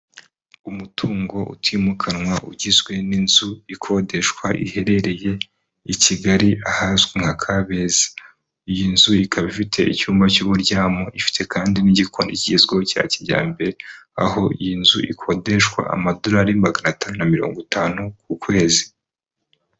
Umutungo utimukanwa ugizwe n'inzu ikodeshwa, iherereye i Kigali ahazwi nka Kabeza, iyi nzu ikaba ifite icyumba cy'uburyamo, ifite kandi n'igikoni kigezweho cya kijyambere, aho iyi nzu ikodeshwa amadorari magana atanu na mirongo itanu ku kwezi.